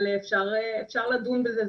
אבל אפשר לדון בזה,